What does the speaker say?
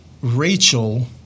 Rachel